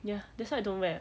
ya that's why I don't wear